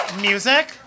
Music